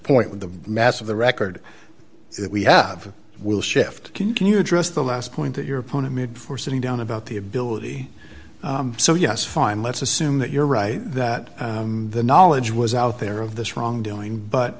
point with the mass of the record that we have will shift can you address the last point that your opponent made for sitting down about the ability so yes fine let's assume that you're right that the knowledge was out there of this wrongdoing but